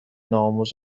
نوآموز